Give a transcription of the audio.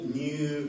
new